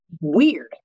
weird